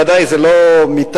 ודאי זה לא מתפקידי,